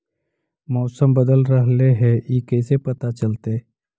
मौसम बदल रहले हे इ कैसे पता चलतै?